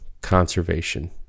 conservation